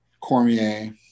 Cormier